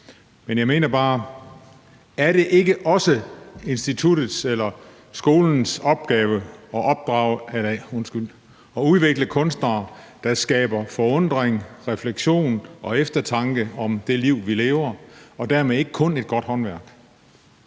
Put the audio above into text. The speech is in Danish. Jeg mener bare: Er det ikke også instituttets eller skolens opgave at udvikle kunstnere, der skaber forundring, refleksion og eftertanke om det liv, vi lever, så det ikke kun handler om godt håndværk?